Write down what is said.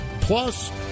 Plus